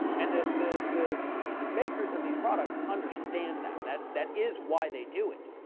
and the, the, the makers of these products understand that. that, that is why they do it.